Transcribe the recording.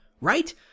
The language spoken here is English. right